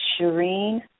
Shireen